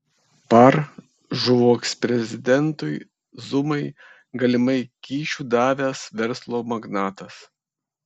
par žuvo eksprezidentui zumai galimai kyšių davęs verslo magnatas